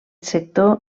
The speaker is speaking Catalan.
sector